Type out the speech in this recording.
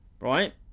right